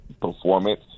performance